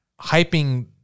hyping